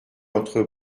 entre